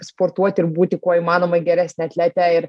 sportuoti ir būti kuo įmanoma geresne atlete ir